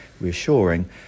reassuring